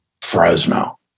Fresno